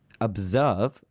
observe